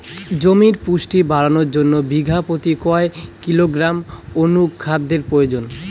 জমির পুষ্টি বাড়ানোর জন্য বিঘা প্রতি কয় কিলোগ্রাম অণু খাদ্যের প্রয়োজন?